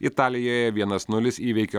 italijoje vienas nulis įveikė